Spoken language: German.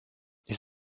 ich